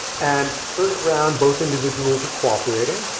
and first round, both individuals are cooperating.